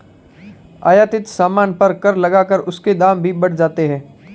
आयातित सामान पर कर लगाकर उसके दाम भी बढ़ जाते हैं